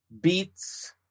beats